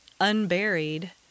unburied